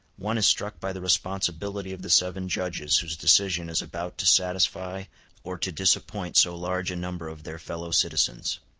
one is struck by the responsibility of the seven judges whose decision is about to satisfy or to disappoint so large a number of their fellow-citizens.